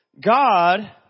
God